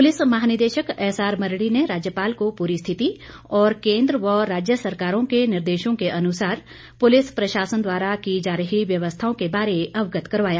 police महानिदेशक SR Mardi ने राज्यपाल को पूरी स्थिति और केंद्र व राज्य सरकारों के निर्देशों के अनुसार पुलिस प्रशासन द्वारा की जा रही व्यवस्थाओं के बारे अवगत करवाया